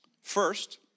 First